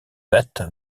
wet